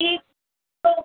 यह तो